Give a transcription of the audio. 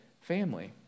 family